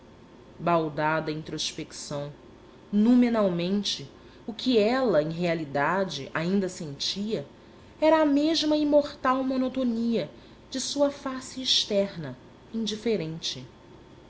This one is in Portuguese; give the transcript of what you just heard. baldada introspecção noumenalmente o que ela em realidade ainda sentia era a mesma imortal monotonia de sua face externa indiferente